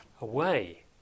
away